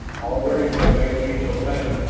already they may be so bound.